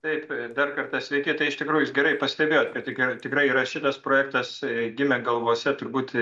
taip dar kartą sveiki tai iš tikrųjų jūs gerai pastebėjot kad tikr tikrai yra šitas projektas gimė galvose turbūt